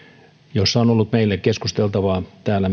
jossa on myös ollut meille keskusteltavaa täällä